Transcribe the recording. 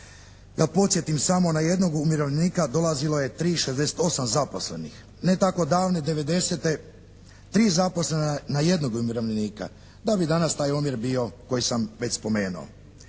da podsjetim samo na jednog umirovljenika dolazilo je 3,68 zaposlenih. Ne tako davne '90. tri zaposlena na jednog umirovljenika, da bi danas taj omjer bio koji sam već spomenuo.